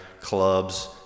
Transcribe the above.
clubs